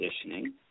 conditioning